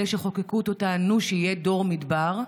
אלה שחוקקו אותו טענו שיהיה דור מדבר,